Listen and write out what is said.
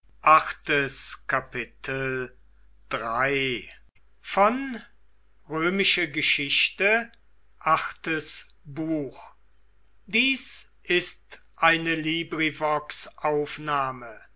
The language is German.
sind ist eine